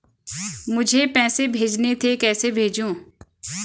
मुझे पैसे भेजने थे कैसे भेजूँ?